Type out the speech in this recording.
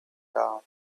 down